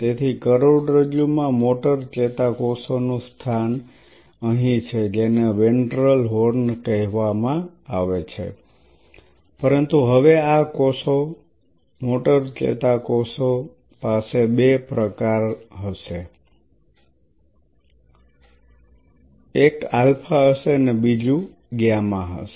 તેથી કરોડરજ્જુ માં મોટર ન્યુરોનનું સ્થાન અહીં છે જેને વેન્ટ્રલ હોર્ન કહેવામાં આવે છે પરંતુ હવે આ કોષો મોટર ન્યુરોન્સ પાસે બે પ્રકાર હશે એક આલ્ફા હશે અને બીજું ગામા હશે